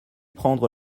prendre